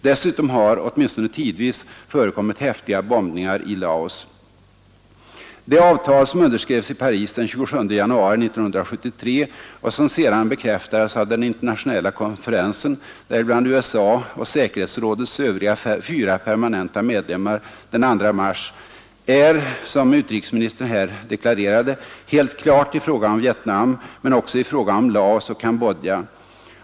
Dessutom har, åtminstone tidvis, förekommit häftiga bombningar i Laos. Det avtal som underskrevs i Paris den 27 januari 1973 och som sedan bekräftades av den internationella konferensen, däribland USA och säkerhetsrådets fyra övriga permanenta medlemmar, den 2 mars är, som utrikesministern här deklarerade, helt klart i fråga om Vietnam men också i fråga om Laos och Cambodja.